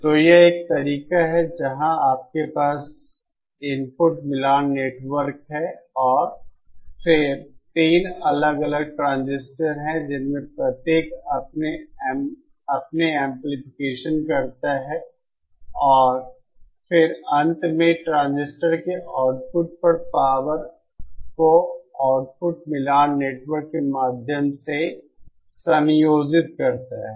तो यह एक तरीका है जहां आपके पास इनपुट मिलान नेटवर्क है और फिर तीन अलग अलग ट्रांजिस्टर हैं जिनमें से प्रत्येक अपने एमप्लीफिकेशन करता है हैं और फिर अंत में ट्रांजिस्टर के आउटपुट पर पावर को आउटपुट मिलान नेटवर्क के माध्यम से संयोजित किया जाता है